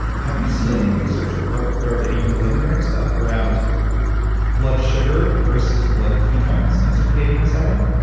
have you seen any research or or any preliminary stuff around blood sugar versus blood ketones in circadian setting?